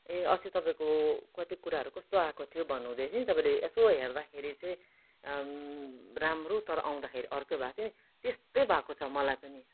ए अस्ति तपाईँको कति कुराहरू कस्तो आएको थियो भन्नु हुँदैथ्यो नि तपाईँले एसो हेर्दाखेरि चाहिँ राम्रो तर आउँदाखेरि चाहिँ अर्कै भएको थियो नि त्यस्तै भएको छ मलाई पनि